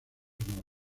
honor